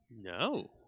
No